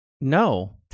No